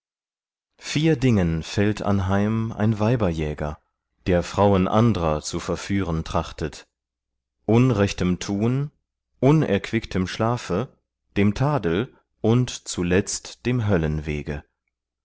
vier dingen fällt anheim ein weiberjäger der frauen andrer zu verführen trachtet unrechtem tuen unerquicktem schlafe dem tadel und zuletzt dem